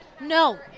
no